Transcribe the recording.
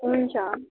हुन्छ